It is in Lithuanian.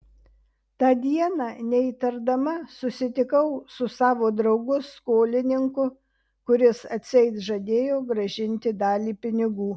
tą dieną neįtardama susitikau su savo draugu skolininku kuris atseit žadėjo grąžinti dalį pinigų